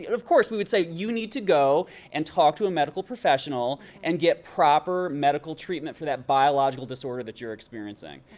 of course we would say, you need to go and talk to a medical professional and get proper medical treatment for that biological disorder that you're experiencing.